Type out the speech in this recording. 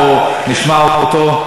אנחנו נשמע אותו.